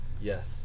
yes